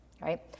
right